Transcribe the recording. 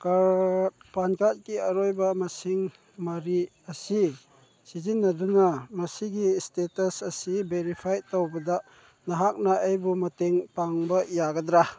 card PAN ꯀꯥꯔꯗꯀꯤ ꯑꯔꯣꯏꯕ ꯃꯁꯤꯡ ꯃꯔꯤ ꯑꯁꯤ ꯁꯤꯖꯤꯟꯅꯗꯨꯅ ꯃꯁꯤꯒꯤ ꯏꯁꯇꯦꯇꯁ ꯑꯁꯤ ꯕꯦꯔꯤꯐꯥꯏ ꯇꯧꯕꯗ ꯅꯍꯥꯛꯅ ꯑꯩꯕꯨ ꯃꯇꯦꯡ ꯄꯥꯡꯕ ꯌꯥꯒꯗ꯭ꯔꯥ